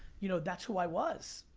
you know that's who i was.